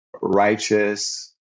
righteous